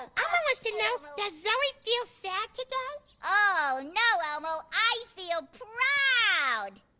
and elmo wants to know, does zoe feel sad today? oh no elmo, i feel proud.